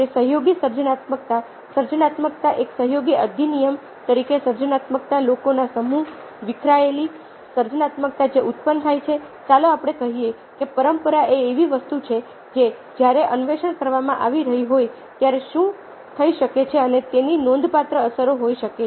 તે સહયોગી સર્જનાત્મકતા સર્જનાત્મકતા એક સહયોગી અધિનિયમ તરીકે સર્જનાત્મકતા લોકોના સમૂહમાં વિખરાયેલી સર્જનાત્મકતા જે ઉત્પન્ન થાય છે ચાલો આપણે કહીએ કે પરંપરા એ એવી વસ્તુ છે જે જ્યારે અન્વેષણ કરવામાં આવી રહી હોય ત્યારે શરૂ થઈ શકે છે અને તેની નોંધપાત્ર અસરો હોઈ શકે છે